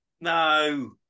No